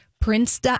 Prince